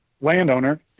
Landowner